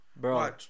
bro